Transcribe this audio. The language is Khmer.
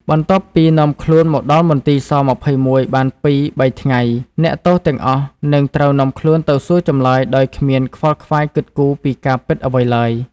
បន្ទាប់ពីនាំខ្លួនមកដល់មន្ទីរ ស-២១ បានពីរ-បីថ្ងៃ អ្នកទោសទាំងអស់នឹងត្រូវនាំខ្លួនទៅសួរចម្លើយដោយគ្មានខ្វល់ខ្វាយគិតគូរពីការពិតអ្វីឡើយ ។